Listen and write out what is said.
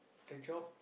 the job